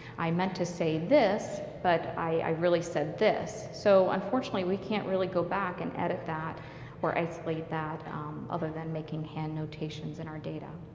i meant to say this, but i really said this. so unfortunately we can't really go back and edit that or isolate that other than making hand notations in our data.